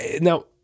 now